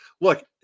look –